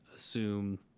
assume